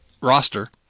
roster